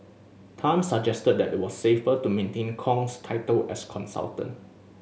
Tan suggested that it was safer to maintain Kong's title as consultant